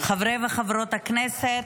חברי וחברות הכנסת,